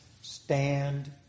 stand